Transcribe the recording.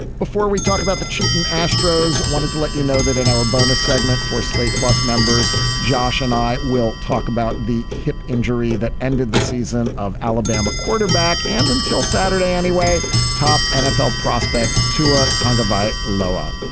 before we talk about the cheating the astros wanted to let you know that in our bonus segment for slate plus members josh and i will talk about the hip injury that ended the season of alabama quarterback and until saturday anyway top nfl prospect to ah tonga vi lower.